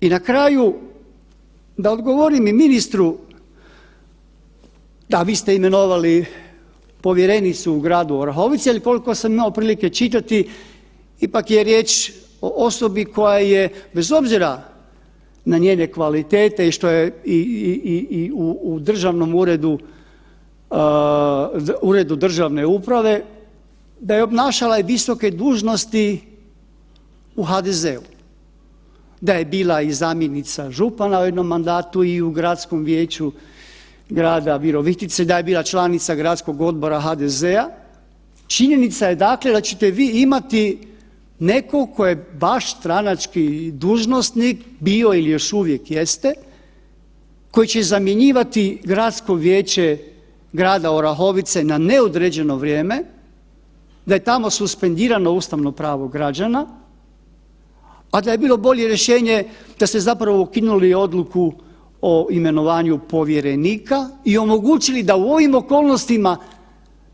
I na kraju da odgovorim i ministru, da vi ste imenovali povjerenicu u gradu Orahovici, ali koliko sam imao prilike čitati ipak je riječ o osobi koja je bez obzira na njene kvalitete i što je u državnom uredu, Uredu državne uprave da je obnašala i visoke dužnosti u HDZ-u, da je bila i zamjenica župana u jednom mandatu i u Gradskom vijeću grada Virovitice, da je bila članica Gradskog odbora HDZ-a, činjenica je dakle da ćete vi imati nekog ko je baš stranački dužnosnik bio ili još uvijek jeste koji će i zamjenjivati Gradsko vijeće grada Orehovice na neodređeno vrijeme, da je tamo suspendirano ustavno pravo građana, a da je bilo bolje rješenje da ste zapravo ukinuli odluku o imenovanju povjerenika i omogućili da u ovim okolnostima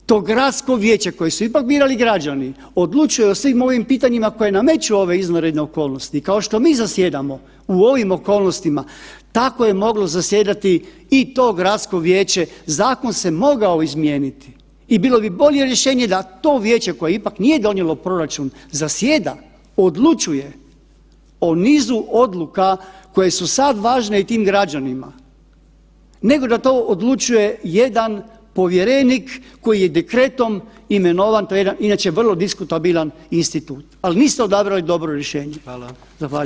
to gradsko vijeće koje su ipak birali građani, odlučuje o svim ovim pitanjima koje nameću ove izvanredne okolnosti, kao što mi zasjedamo u ovim okolnostima tako je moglo zasjedati i to gradsko vijeće, zakon se mogao izmijenit i bilo bi bolje rješenje da to vijeće koje ipak nije donijelo proračun zasjeda, odlučuje o nizu odluka koje su sad važne i tim građanima, nego da to odlučuje jedan povjerenik koji je dekretom imenovan, to je jedan, inače vrlo diskutabilan institut, ali niste odabrali dobro rješenje [[Upadica: Hvala]] Zahvaljujem.